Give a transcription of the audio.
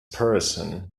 person